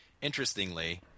interestingly